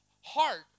heart